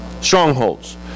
strongholds